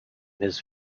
his